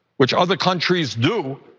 which other countries do,